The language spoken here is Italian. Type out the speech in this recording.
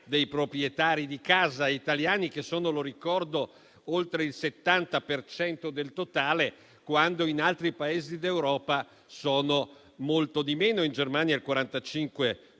dei proprietari di casa italiani che sono - lo ricordo - oltre il 70 per cento del totale, quando in altri Paesi d'Europa sono molti di meno: in Germania il 45